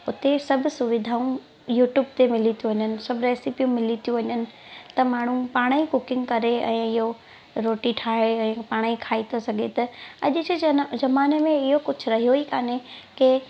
उते सभु सुविधाऊं यूट्यूब ते मिली थियूं वञनि सभु रेसिपियूं मिली थियूं वञनि त माण्हू पाणेई कुकिंग करे ऐं इहो रोटी ठाहे ऐं पाणेई खाई थो सघे त अॼु जे जन जमाने में इहो कुझु रहियो ई काने की